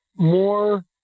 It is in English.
more